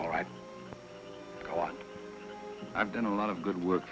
all right i've done a lot of good work